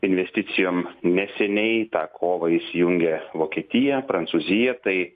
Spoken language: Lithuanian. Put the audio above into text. investicijom neseniai į tą kovą įsijungė vokietija prancūzija tai